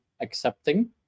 accepting